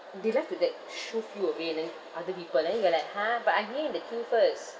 they like to like shove you away then other people then you are like !huh! but I'm here in the queue first